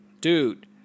Dude